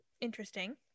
interesting